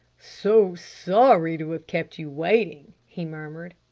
so sorry to have kept you waiting, he murmured.